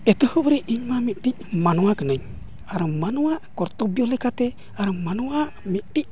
ᱮᱛᱚᱦᱚᱵ ᱨᱮ ᱤᱧ ᱢᱟ ᱢᱤᱫᱴᱤᱡ ᱢᱟᱱᱣᱟ ᱠᱟᱹᱱᱟᱹᱧ ᱟᱨ ᱢᱟᱱᱣᱟᱣᱟᱜ ᱠᱚᱨᱛᱚᱵᱵᱚ ᱞᱮᱠᱟᱛᱮ ᱟᱨ ᱢᱟᱱᱣᱟᱣᱟᱜ ᱢᱤᱫᱴᱤᱡ